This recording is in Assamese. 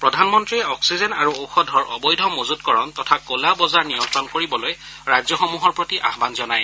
প্ৰধানমন্ত্ৰীয়ে অক্সিজেন আৰু ঔষধৰ অবৈধ মজুতকৰণ তথা কলা বজাৰ নিয়ন্ত্ৰণ কৰিবলৈ ৰাজ্যসমূহৰ প্ৰতি আহান জনায়